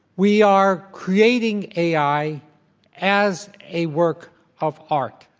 we are creating ai as a work of art.